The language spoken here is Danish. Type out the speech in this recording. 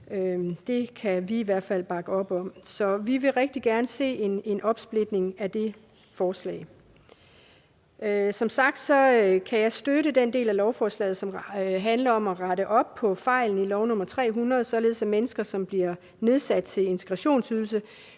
Det kan vi i hvert fald bakke op om. Så vi vil rigtig gerne se en opsplitning af forslaget. Som sagt kan jeg støtte den del af lovforslaget, der handler om at rette op på fejlen i lov nr. 300, således at mennesker, som bliver sat på integrationsydelse,